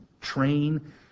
train